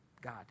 God